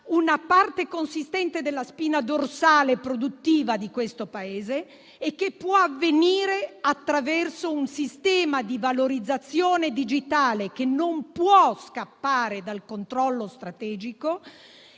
una parte della spina dorsale produttiva del Paese e che può avvenire attraverso un sistema di valorizzazione digitale che non può scappare dal controllo strategico